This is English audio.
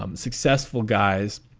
um successful guys.